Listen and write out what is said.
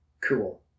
Cool